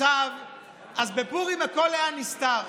אז בפורים הכול היה נסתר,